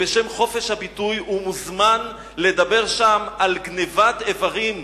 ובשם חופש הביטוי הוא מוזמן לדבר שם על גנבת איברים,